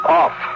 off